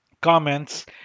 comments